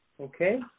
okay